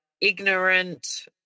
ignorant